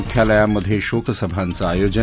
मुख्यालयांमध्ये शोकसभांचं आयोजन